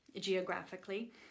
geographically